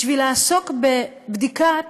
בשביל לעסוק בבדיקת